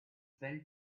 fell